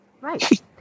Right